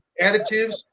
additives